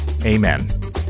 Amen